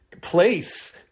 place